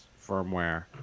firmware